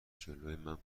جلومن